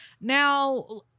now